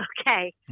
Okay